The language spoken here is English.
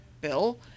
Bill